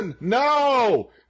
no